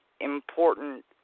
important